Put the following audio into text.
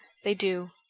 they do.